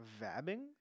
vabbing